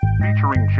featuring